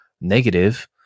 negative